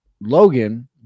Logan